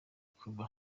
kujya